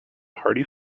hearty